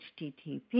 http